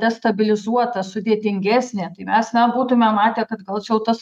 destabilizuota sudėtingesnė tai mes na būtume matę kad gal čia jau tas